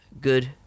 good